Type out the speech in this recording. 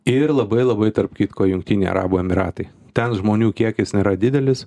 ir labai labai tarp kitko jungtiniai arabų emyratai ten žmonių kiekis nėra didelis